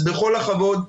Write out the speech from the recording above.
בכל הכבוד,